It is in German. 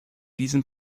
diesem